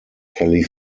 kelly